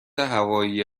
هوایی